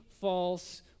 false